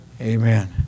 Amen